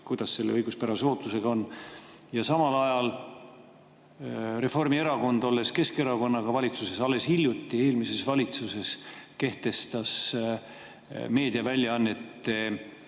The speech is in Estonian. Kuidas selle õiguspärase ootusega on? Ja samal ajal Reformierakond, olles Keskerakonnaga koos valitsuses, alles hiljuti, eelmises valitsuses kehtestas meediaväljaannete